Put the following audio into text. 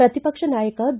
ಪ್ರತಿಪಕ್ಷ ನಾಯಕ ಬಿ